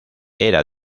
era